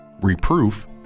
reproof